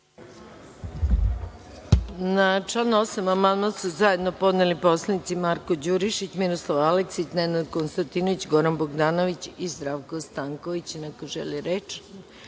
Na član 8. amandman su zajedno podneli poslanici Marko Đurišić, Miroslav Aleksić, Nenad Konstantinović, Goran Bogdanović i Zdravko Stanković. Da li neko želi reč?